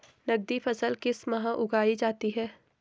नकदी फसल किस माह उगाई जाती है?